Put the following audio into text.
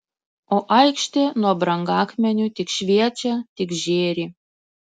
o aikštė nuo brangakmenių tik šviečia tik žėri